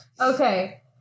Okay